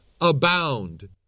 abound